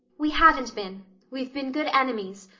we haven't been we've been good enemies.